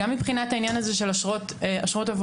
גם מבחינת העניין הזה של אשרות עבודה,